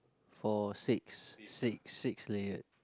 four six six six layer